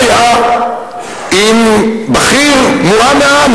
מה היה אם בכיר מורם מעם,